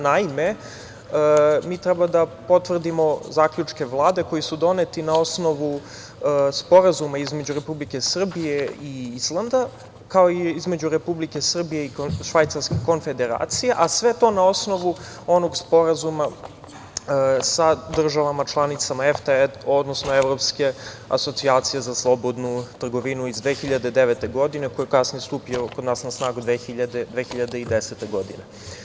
Naime, mi treba da potvrdimo zaključke Vlade koji su doneti na osnovu Sporazuma između Republike Srbije i Islanda, kao i između Republike Srbije i Švajcarske Konfederacije, a sve to na osnovu onog Sporazuma sa državama članicama EFTE, odnosno Evropske asocijacije za slobodnu trgovinu iz 2009. godine, koji je kasnije stupio kod nas na snagu 2010. godine.